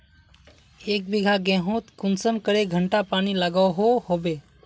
एक बिगहा गेँहूत कुंसम करे घंटा पानी लागोहो होबे?